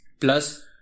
Plus